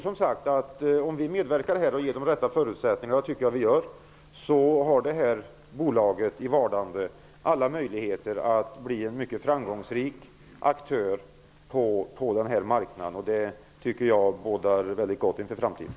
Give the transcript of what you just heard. Om vi medverkar och ger de rätta förutsättningarna, vilket jag tycker att vi gör, har detta bolag i vardande alla möjligheter att bli en mycket framgångsrik aktör på marknaden. Det bådar gott inför framtiden.